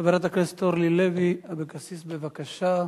חברת הכנסת אורלי לוי אבקסיס, בבקשה.